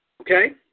okay